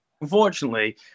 Unfortunately